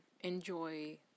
enjoy